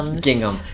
Gingham